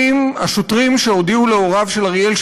השוטרים שהודיעו להוריו של אריאל,